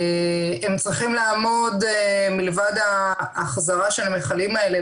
לבד מהחזרת המכלים האלה,